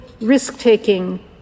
risk-taking